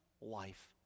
life